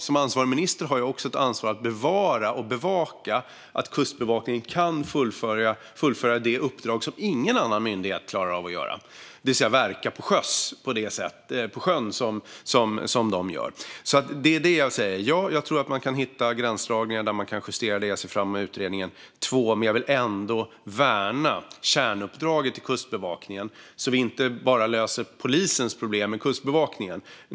Som ansvarig minister har jag också ansvar för att bevara Kustbevakningen och bevaka att den kan fullfölja det uppdrag som ingen annan myndighet klarar av att utföra, det vill säga verka till sjöss på det sätt den gör. Ja, jag tror att man kan hitta gränsdragningar där det går att göra justeringar. Jag ser fram emot utredningen. Men jag vill värna kärnuppdraget till Kustbevakningen, så att vi inte försöker lösa polisens problem med Kustbevakningen.